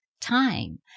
time